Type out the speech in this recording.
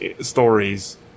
stories